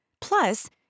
plus